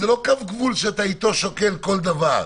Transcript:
זה לא קו גבול שאתה שוקל איתו כל דבר.